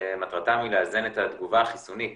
שמטרתן לאזן את התגובה החיסונית